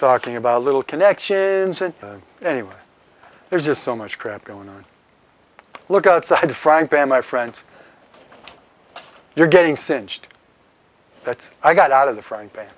thing about little connections and anyway there's just so much crap going on look outside frank and my friends you're getting singed that's i got out of the frying pan